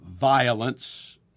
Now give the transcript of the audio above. violence